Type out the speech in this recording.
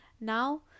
now